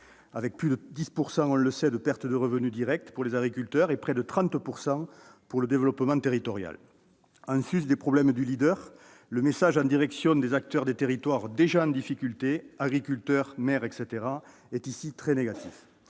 avec plus de 10 % de perte de revenu direct pour les agriculteurs et près de 30 % pour de développement territorial. En sus des problèmes du programme Leader, le message en direction des acteurs des territoires déjà en difficulté- agriculteurs, maires, etc. -est ici très négatif.